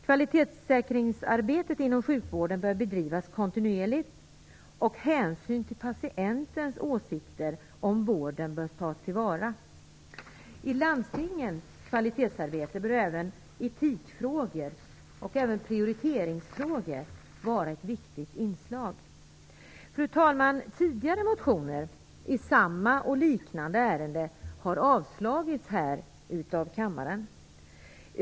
Kvalitetssäkringsarbetet inom sjukvården bör bedrivas kontinuerligt, och hänsyn till patientens åsikter om vården bör tas till vara. I landstingens kvalitetsarbete bör även etikfrågor och prioriteringsfrågor vara ett viktigt inslag. Fru talman! Tidigare motioner i samma och liknande ärende har avslagits av kammaren.